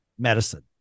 medicine